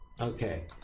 Okay